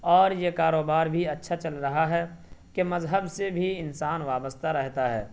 اور یہ کاروبار بھی اچھا چل رہا ہے کہ مذہب سے بھی انسان وابستہ رہتا ہے